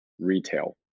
retail